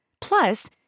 Plus